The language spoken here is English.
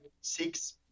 six